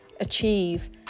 achieve